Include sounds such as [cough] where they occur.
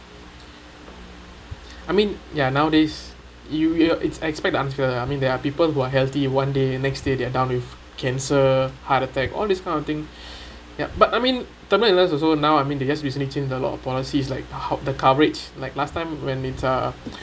I mean ya nowadays you you it's expect that I'm I mean there are people who are healthy one day and next day they're down with cancer heart attack all this kind of thing [breath] ya but I mean terminal illness also now I mean they just recently changed a lot of policies like how the coverage like last time when it's a